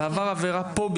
והוא עבר עבירה פה,